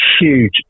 huge